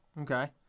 Okay